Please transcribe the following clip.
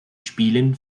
spielen